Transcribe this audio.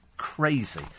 Crazy